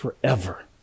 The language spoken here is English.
forever